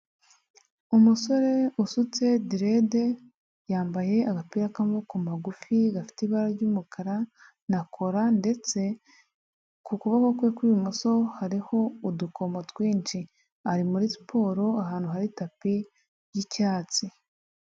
Umusore usutse direde, yambaye agapira k'amaboko magufi gafite ibara ry'umukara na kora, ndetse ku kuboko kwe kw'ibumoso hariho udukomo twinshi, ari muri siporo ahantu hari tapi y'icyatsi.